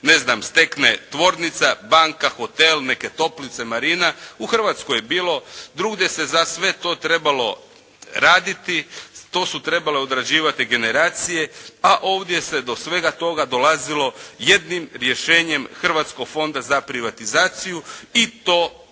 bez kune stekne tvornica, banka, hotel, neke toplice, marina. U Hrvatskoj je bilo, drugdje se za sve to trebalo raditi, to su trebale odrađivati generacije a ovdje se do svega toga dolazilo jednim rješenjem Hrvatskog fonda za privatizaciju i to boli.